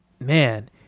man